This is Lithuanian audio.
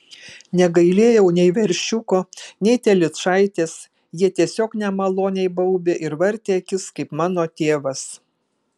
negailėjau nei veršiuko nei telyčaitės jie tiesiog nemaloniai baubė ir vartė akis kaip mano tėvas